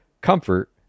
comfort